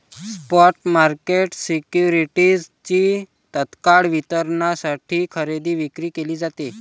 spot market सिक्युरिटीजची तत्काळ वितरणासाठी खरेदी विक्री केली जाते